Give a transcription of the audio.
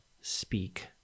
speak